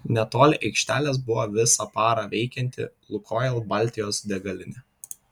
netoli aikštelės buvo visą parą veikianti lukoil baltijos degalinė